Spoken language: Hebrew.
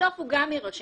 בסוף הוא גם יירשם.